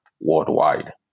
worldwide